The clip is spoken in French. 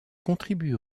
contribuent